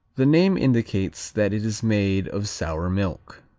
the name indicates that it is made of sour milk.